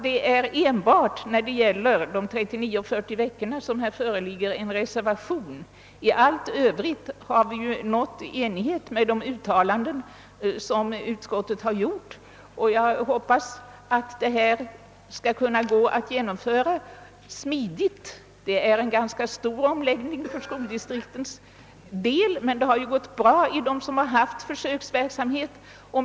Det är endast när det gäller 39 eller 40 veckors läsår som här föreligger en reservation. I allt övrigt har vi nått enighet. Det gäller en stor omläggning för skoldistriktens del, men den har gått bra i de skolor där man haft försöksverksamhet.